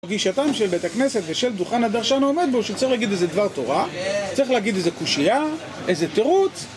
מגישתם של בית הכנסת ושל תוכן הדרשן העומד בו שצריך להגיד איזה דבר תורה, צריך להגיד איזה קושייה, איזה תירוץ